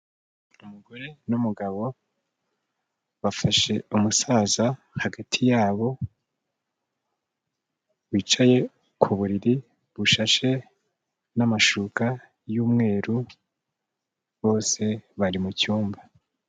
Umugore n'umugabo bafashe umusaza hagati yabo, wicaye ku buriri bushashe n'amashuka y'umweru, bose bari mu cyumba.